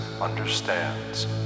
understands